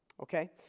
okay